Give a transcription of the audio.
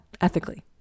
ethically